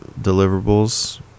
deliverables